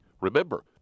Remember